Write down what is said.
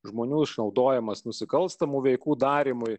žmonių išnaudojimas nusikalstamų veikų darymui